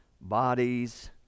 bodies